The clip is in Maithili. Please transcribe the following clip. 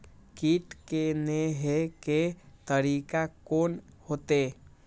कीट के ने हे के तरीका कोन होते?